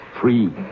free